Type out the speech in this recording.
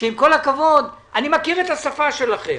שעם כל הכבוד אני מכיר את השפה שלכם.